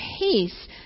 peace